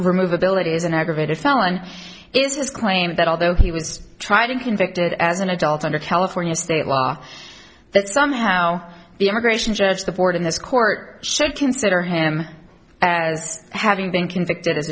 remove ability is an aggravated felony it is claimed that although he was tried and convicted as an adult under california state law that somehow the immigration judge the board in this court should consider him as having been convicted